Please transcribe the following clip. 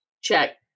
Check